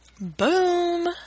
Boom